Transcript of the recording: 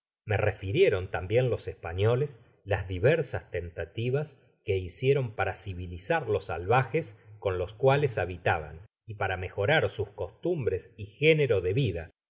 me relirieron tambien los españoles las diversas tentativas que hicieron para civilizar los salvajes con los cuales habitaban y para mejorar sus costumbres ygénero de vida